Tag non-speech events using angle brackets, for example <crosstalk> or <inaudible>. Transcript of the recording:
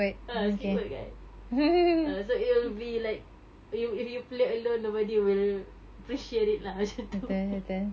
ah Squidward kan so it will be like if you play alone nobody will appreciate it lah macam tu <laughs>